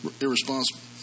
irresponsible